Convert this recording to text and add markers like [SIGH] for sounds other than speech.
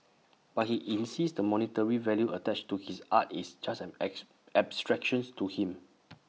but he insists the monetary value attached to his art is just an [UNINTELLIGIBLE] abstractions to him